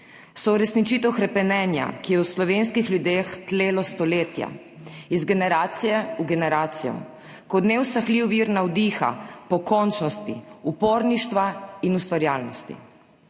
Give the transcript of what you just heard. So uresničitev hrepenenja, ki je v slovenskih ljudeh tlelo stoletja, iz generacije v generacijo, kot neusahljiv vir navdiha, pokončnosti, uporništva in ustvarjalnosti.